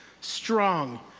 strong